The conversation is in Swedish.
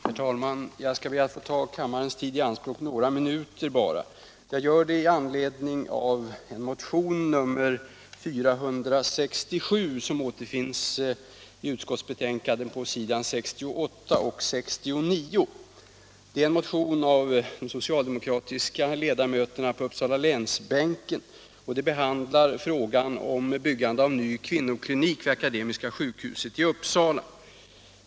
Herr talman! Jag skall be att få ta kammarens tid i anspråk bara i några minuter. Jag gör det med anledning av motionen 467, som behandlas i utskottsbetänkandet på s. 68 och 69. Det är en motion av de socialdemokratiska ledamöterna på Uppsalalänsbänken och den tar upp frågan om byggande av ny kvinnoklinik vid Akademiska sjukhuset i Uppsala.